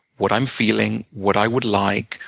what i'm feeling, what i would like,